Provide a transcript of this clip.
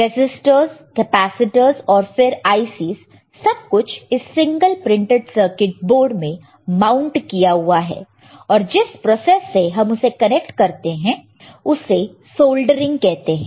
registers capacitors और फिर IC's सब कुछ इस सिंगल प्रिंटेड सर्किट बोर्ड में माउंट किया हुआ है और जिस प्रोसेस से हम उसे कनेक्ट करते हैं उसे सोल्डरिंग कहते हैं